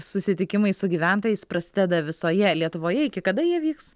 susitikimai su gyventojais prasideda visoje lietuvoje iki kada jie vyks